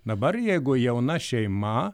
dabar jeigu jauna šeima